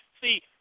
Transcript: see